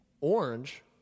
orange